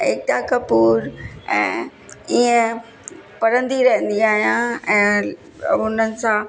एकता कपूर ऐं इअं पढ़ंदी रहंदी आहियां ऐं उन्हनि सां